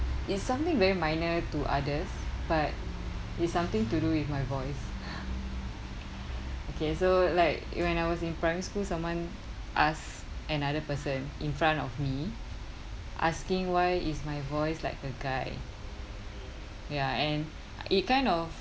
it's something very minor to others but it's something to do with my voice okay so like it when I was in primary school someone asked another person in front of me asking why is my voice like a guy ya and it kind of